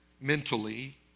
mentally